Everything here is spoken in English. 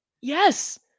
Yes